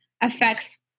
affects